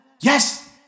Yes